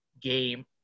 game